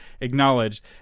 acknowledged